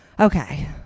Okay